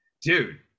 dude